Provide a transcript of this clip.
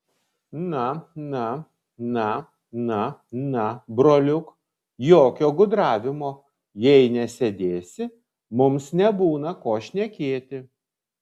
na na na na na broliuk jokio gudravimo jei nesėdėsi mums nebūna ko šnekėti